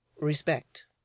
Respect